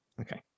Okay